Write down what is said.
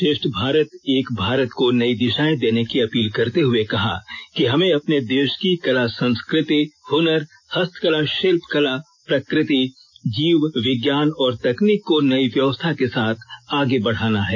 श्रेष्ठ भारत एक भारत को नई दिषाएं देने की अपील करते हुए कहा कि हमें अपने देष की कला संस्कृति हुनर हस्तकला षिल्पकला प्रकृति जीव विज्ञान और तकनीक को नई व्यवस्था के साथ आगे बढ़ाना है